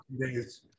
days